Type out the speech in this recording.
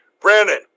Brandon